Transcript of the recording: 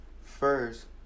first